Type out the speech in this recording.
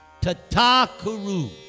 tatakuru